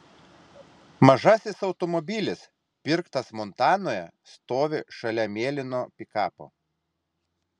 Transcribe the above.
mažasis automobilis pirktas montanoje stovi šalia mėlyno pikapo